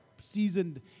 seasoned